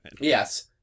Yes